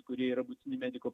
kurie yra būtini mediko